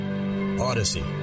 Odyssey